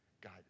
God